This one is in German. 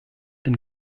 den